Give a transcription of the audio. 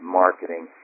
marketing